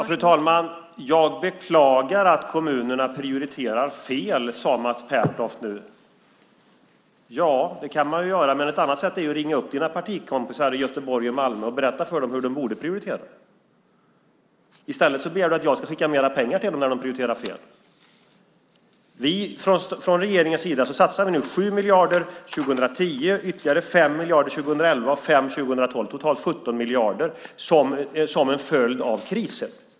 Fru talman! Jag beklagar att kommunerna prioriterar fel, sade Mats Pertoft nu. Ja, det kan man göra. Men ett annat sätt är att du ringer upp dina partikompisar i Göteborg och Malmö och berättar för dem hur de borde prioritera. I stället begär du att jag ska skicka mer pengar till dem när de prioriterar fel. Från regeringens sida satsar vi nu 7 miljarder 2010, ytterligare 5 miljarder 2011 och 5 miljarder 2012. Det är totalt 17 miljarder som en följd av krisen.